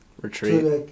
Retreat